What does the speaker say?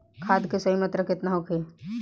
खाद्य के सही मात्रा केतना होखेला?